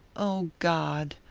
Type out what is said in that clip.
o, god!